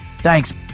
thanks